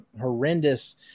horrendous